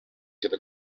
keda